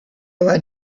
when